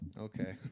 Okay